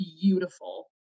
beautiful